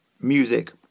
music